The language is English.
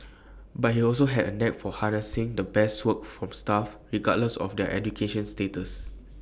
but he also had A knack for harnessing the best work from staff regardless of their education status